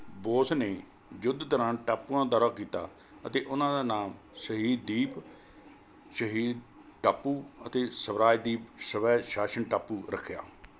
ਬੋਸ ਨੇ ਯੁੱਧ ਦੌਰਾਨ ਟਾਪੂਆਂ ਦੌਰਾ ਕੀਤਾ ਅਤੇ ਉਹਨਾਂ ਦਾ ਨਾਮ ਸ਼ਹੀਦ ਦੀਪ ਸ਼ਹੀਦ ਟਾਪੂ ਅਤੇ ਸਵਰਾਜ ਦੀਪ ਸਵੈ ਸ਼ਾਸਨ ਟਾਪੂ ਰੱਖਿਆ